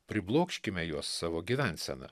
priblokškime juos savo gyvensena